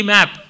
Map